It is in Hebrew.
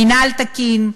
מינהל תקין,